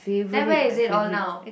then where is it all now